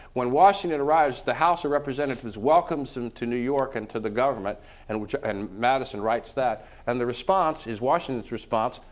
when washington arrives the house of representatives welcomes him to new york and to the government and and madison writes that and the response is, washington's response,